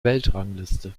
weltrangliste